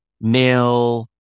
male